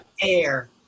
air